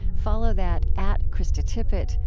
follow that at kristatippett.